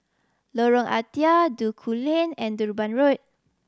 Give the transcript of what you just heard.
Lorong Ah Thia Duku Lane and Durban Road